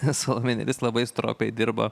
salomėja nėris labai stropiai dirbo